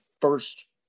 first